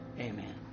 Amen